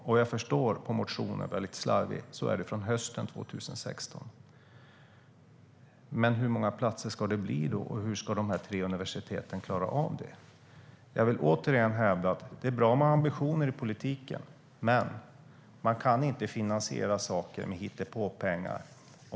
Vad jag förstår av den väldigt slarviga motionen är det från hösten 2016. Men hur många platser ska det bli då, och hur ska de här tre universiteten klara av det? Jag vill återigen hävda att det är bra med ambitioner i politiken, men man kan inte finansiera saker med hittepåpengar.